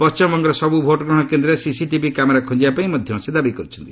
ପଣ୍ଟିମବଙ୍ଗର ସବୁ ଭୋଟ୍ଗ୍ରହଣ କେନ୍ଦ୍ରରେ ସିସିଟିଭି କ୍ୟାମେରା ଖଞ୍ଚବାପାଇଁ ମଧ୍ୟ ସେ ଦାବି କରିଛନ୍ତି